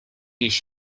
leads